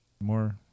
more